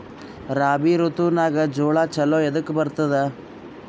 ರಾಬಿ ಋತುನಾಗ್ ಜೋಳ ಚಲೋ ಎದಕ ಬರತದ?